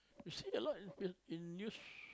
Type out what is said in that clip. you see the lot i~ in use